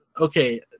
okay